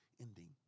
ending